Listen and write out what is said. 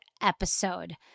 episode